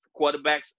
Quarterbacks